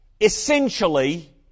essentially